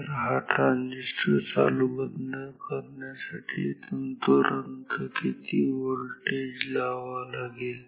तर हा ट्रांजिस्टर चालू बंद करण्यासाठी तंतोतंत किती व्होल्टेज लावावा लागेल